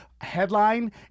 headline